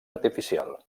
artificial